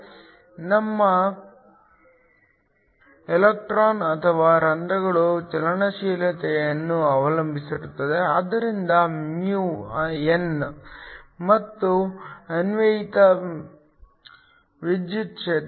ಇದು ನಿಮ್ಮ ಎಲೆಕ್ಟ್ರಾನ್ ಅಥವಾ ರಂಧ್ರಗಳ ಚಲನಶೀಲತೆಯನ್ನು ಅವಲಂಬಿಸಿರುತ್ತದೆ ಆದ್ದರಿಂದ ಮು ಎನ್ ಮತ್ತು ಅನ್ವಯಿಕ ವಿದ್ಯುತ್ ಕ್ಷೇತ್ರ